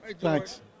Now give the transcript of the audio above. Thanks